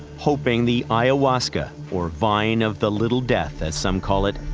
hoping the ayahuasca, or vine of the little death as some call it,